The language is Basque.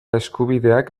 eskubideak